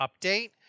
update